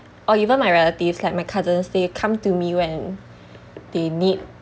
or even my relatives like my cousins they come to me when they need